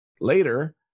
later